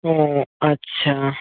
ও আচ্ছা